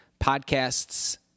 podcasts